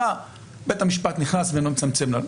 בית המשפט נכנס ומצמצם לנו.